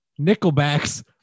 nickelbacks